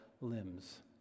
limbs